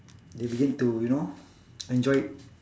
they began to you know enjoy it